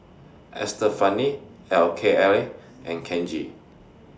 Estefani Kayley and Kenji